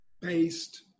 based